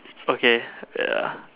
okay ya